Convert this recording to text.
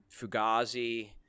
Fugazi